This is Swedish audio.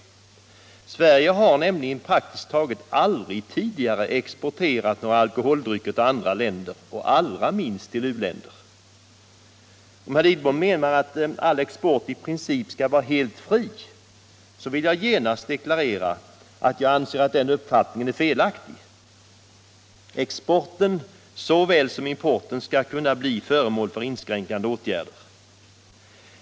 Sverige har nämligen praktiskt taget aldrig tidigare exporterat några alkoholdrycker till andra länder och allra minst till u-länder. Om herr Lidbom menar att all export i princip skall vara helt fri, vill jag genast deklarera att jag anser att den uppfattningen är felaktig. Exporten såväl som importen skall kunna bli föremål för inskränkande åtgärder.